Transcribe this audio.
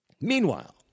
Meanwhile